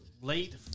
late